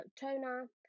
toner